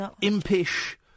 impish